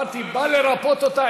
אמרתי: בא לרפא אותה,